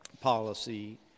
policy